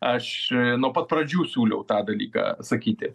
aš nuo pat pradžių siūliau tą dalyką sakyti